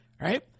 right